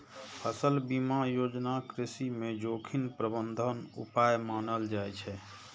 फसल बीमा योजना कृषि मे जोखिम प्रबंधन उपाय मानल जाइ छै